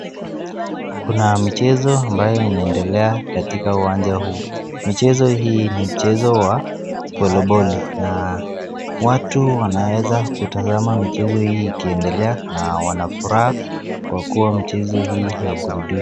Kuna michezo ambayo inaendelea katika uwanja huu michezo hii NI mchezo wa (valeboli)na watu Wanaweza kutazama hii ikiendelea na wanafuraha kwa kua mchezo hii inaburudisha.